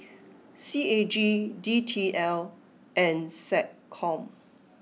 C A G D T L and SecCom